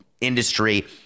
industry